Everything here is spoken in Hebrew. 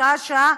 שעה-שעה,